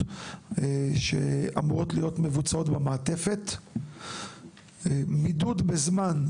שאמורות להיות מבוצעות במעטפת; מידוד בזמן,